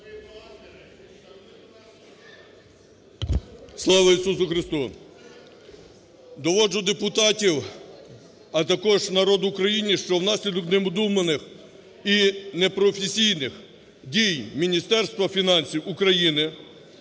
Слава Ісусу Христу! Доводжу депутатів, а також народ України, що внаслідок необдуманих і непрофесійних дій Міністерства фінансів України,